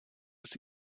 des